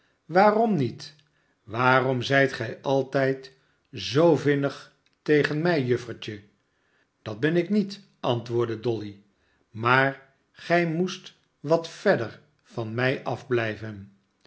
waarom niet waarom zijt gij altijd zoo vinnig tegen mij juffertje dat ben ik niet antwoordde dolly amaar gij moest wat verder van mij